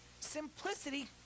Simplicity